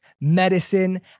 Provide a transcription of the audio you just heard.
medicine